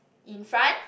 in front